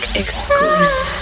exclusive